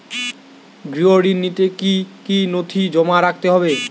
গৃহ ঋণ নিতে কি কি নথি জমা রাখতে হবে?